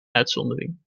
uitzondering